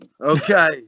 Okay